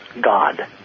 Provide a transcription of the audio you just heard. God